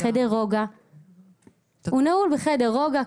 הוא נעול בחדר רוגע,